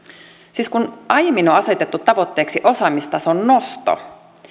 siis kun aiemmin on asetettu tavoitteeksi osaamistason nosto